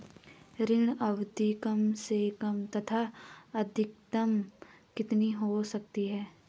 ऋण अवधि कम से कम तथा अधिकतम कितनी हो सकती है?